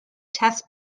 test